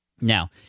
Now